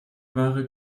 ware